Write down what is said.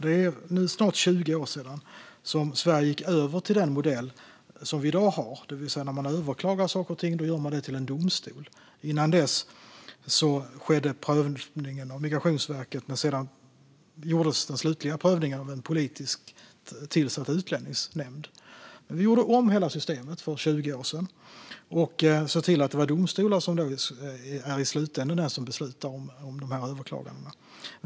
Det är nu snart 20 år sedan vi i Sverige gick över till den modell som vi i dag har med att man överklagar till en domstol. Innan dess gjordes prövningen av Migrationsverket, och sedan gjordes den slutliga prövningen av en politiskt tillsatt utlänningsnämnd. Vi gjorde om hela systemet för 20 år sedan och såg till att det är domstolar som i slutänden beslutar om dessa överklaganden.